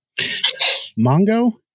Mongo